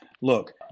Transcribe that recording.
Look